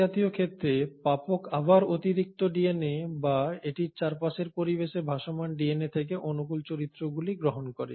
এই জাতীয় ক্ষেত্রে প্রাপক আবার অতিরিক্ত ডিএনএ বা এটির চারপাশের পরিবেশে ভাসমান ডিএনএ থেকে অনুকূল চরিত্রগুলি গ্রহণ করে